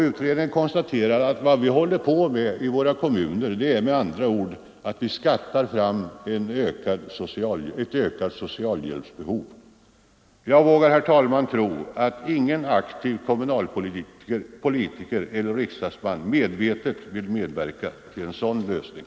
Utredningen konstaterar att vad vi håller på med i våra kommuner är med andra ord att ”skaffa fram ökat socialhjälpsbehov”. Jag vågar tro att ingen aktiv kommunalpolitiker eller riksdagsman medvetet vill medverka till en sådan lösning.